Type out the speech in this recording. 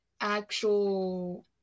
actual